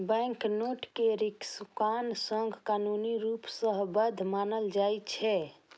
banknote कें सिक्काक संग कानूनी रूप सं वैध मानल जाइ छै